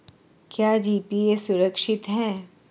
क्या जी.पी.ए सुरक्षित है?